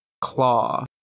claw